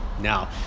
Now